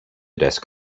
desk